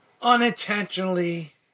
Unintentionally